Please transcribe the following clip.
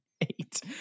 eight